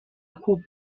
خوب